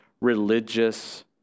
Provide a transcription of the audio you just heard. religious